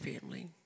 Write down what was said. family